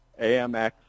AMX